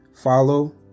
follow